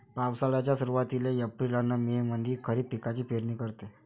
पावसाळ्याच्या सुरुवातीले एप्रिल अन मे मंधी खरीप पिकाची पेरनी करते